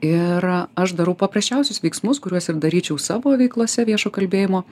ir aš darau paprasčiausius veiksmus kuriuos ir daryčiau savo veiklose viešo kalbėjimo